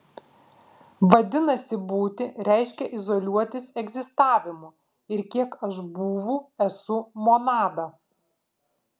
vadinasi būti reiškia izoliuotis egzistavimu ir kiek aš būvu esu monada